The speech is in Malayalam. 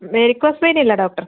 വെരിക്കോസ് വെയിൻ ഇല്ല ഡോക്ടർ